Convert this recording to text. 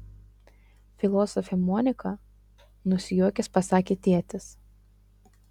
filosofė monika nusijuokęs pasakė tėtis